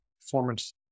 performance